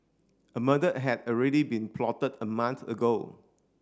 a murder had already been plotted a month ago